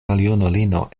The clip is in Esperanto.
maljunulino